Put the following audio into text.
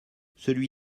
celui